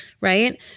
Right